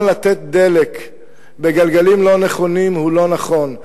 לתת דלק בגלגלים לא נכונים הוא לא נכון,